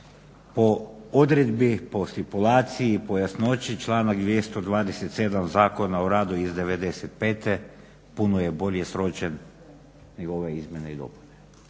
Po odredbi, po stipulaciji, po jasnoći članak 227. Zakona o radu iz '95. puno je bolje sročen nego ove izmjene i dopune.